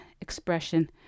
expression